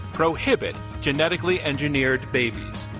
prohibit genetically engineered babies.